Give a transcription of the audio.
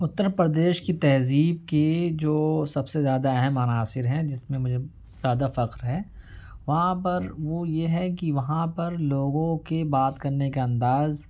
اترپردیش کی تہذیب کی جو سب سے زیادہ اہم عناصر ہیں جس میں مجھے زیادہ فخر ہے وہاں پر وہ یہ ہے کہ وہاں پر لوگوں کے بات کرنے کا انداز